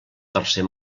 tercer